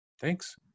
Thanks